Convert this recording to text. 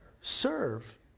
serve